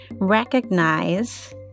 recognize